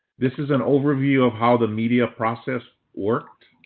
this is an overview of how the media process worked.